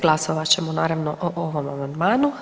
Glasovat ćemo naravno o ovom amandmanu.